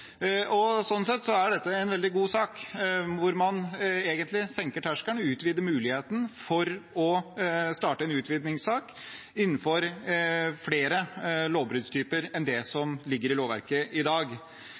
sett er dette en veldig god sak, hvor man egentlig senker terskelen og utvider muligheten til å starte en utvisningssak innenfor flere lovbruddstyper enn det som ligger i lovverket i dag.